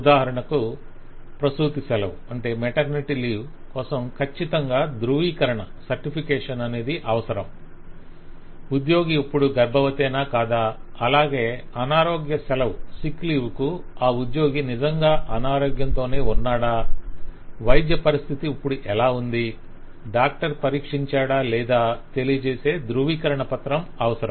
ఉదాహరణకు ప్రసూతి సెలవు కోసం ఖచ్చితంగా ధృవీకరణ అనేది అవసరం ఉద్యోగి ఇప్పడు గర్భవతేనా కాదా అలాగే అనారోగ్య సెలవు కు ఆ ఉద్యోగి నిజంగా అనారోగ్యంతో ఉన్నాడా వైద్య పరిస్థితి ఇప్పుడు ఎలాఉంది డాక్టర్ పరీక్షించాడా లేదా తెలియజేసే ధృవీకరణ పత్రం అవసరం